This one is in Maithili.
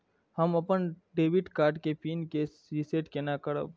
हम अपन डेबिट कार्ड के पिन के रीसेट केना करब?